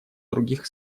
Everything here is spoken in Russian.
других